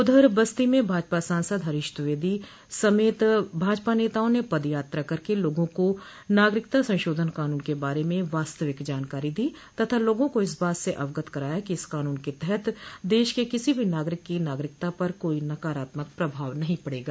उधर बस्ती में भाजपा सांसद हरीश द्विवेदी समेत भाजपा नेताओं ने पद यात्रा करके लोगों को नागरिकता संशोधन कानून के बारे में वास्तविक जानकारी दी तथा लोगों को इस बात से अवगत कराया कि इस कानून के तहत देश के किसी भी नागरिक की नागरिकता पर काई नकारात्मक प्रभाव नहीं पड़ेगा